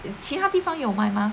it's 其他地方有卖吗